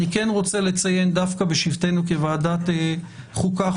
אני כן רוצה לציין דווקא בשבתנו כוועדת חוקה,